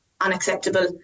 unacceptable